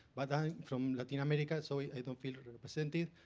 but i am from latin america, so i don't feel represented.